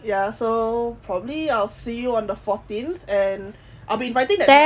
ya so probably I'll see you on the fourteenth and I'll be inviting the